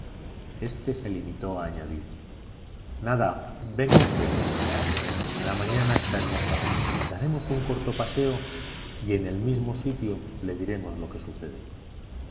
éste se limitó a añadir nada venga usted la mañana está hermosa daremos un corto paseo y en el mismo sitio le diremos lo que sucede